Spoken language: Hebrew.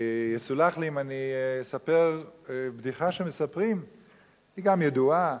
יסולח לי אם אספר בדיחה, גם אם היא ידועה.